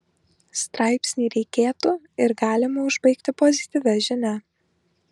straipsnį reikėtų ir galima užbaigti pozityvia žinia